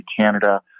Canada